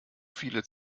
viele